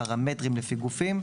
בפרמטרים לפי גופים.